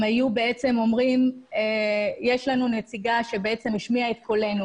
הם היו אומרים שיש לנו נציגה שהשמיעה את קולנו.